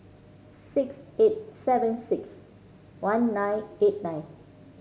six eight seven six one nine eight nine